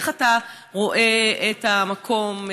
איך אתה רואה את המקום,